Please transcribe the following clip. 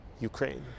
Ukraine